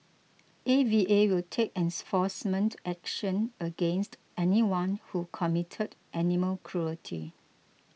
A V A will take enforcement action against anyone who committed animal cruelty